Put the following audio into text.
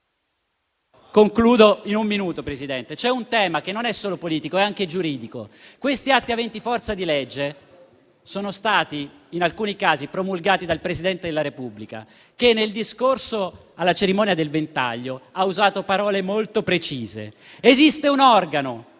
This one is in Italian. Concludo in un minuto, Presidente. C'è un tema che non è solo politico, ma è anche giuridico. Questi atti aventi forza di legge sono stati in alcuni casi promulgati dal Presidente della Repubblica, che, nel discorso alla cerimonia del Ventaglio, ha usato parole molto precise: esiste un organo